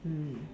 mm